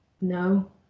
no